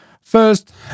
first